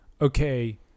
okay